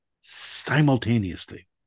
simultaneously